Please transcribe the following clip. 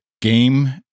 game